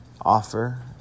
offer